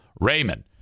Raymond